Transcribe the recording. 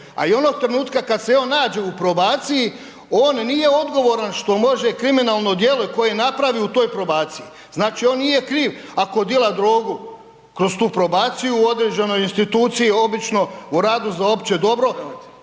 a i onog trenutka kad se i on nađe u probaciji on nije odgovoran što može kriminalno djelo koje napravi u toj probaciji, znači on nije kriv ako dila drogu kroz tu probaciju u određenoj instituciji, obično u radu za opće dobro,